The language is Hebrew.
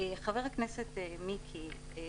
חבר הכנסת מיקי לוי,